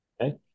Okay